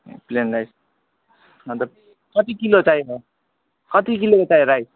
plain rice अन्त कति kilo चाहिएको कति किलो चाहिँ चाहिएको राइस